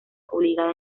obligada